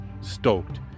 stoked